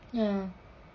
ya